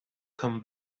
come